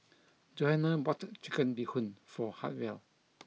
Johana bought Chicken Bee Hoon for Hartwell